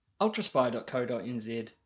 ultraspy.co.nz